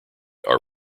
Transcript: are